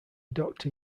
doctor